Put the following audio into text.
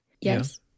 yes